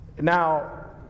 Now